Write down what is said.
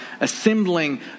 assembling